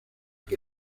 que